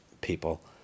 people